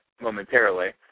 momentarily